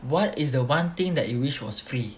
what is the one thing that you wish was free